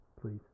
please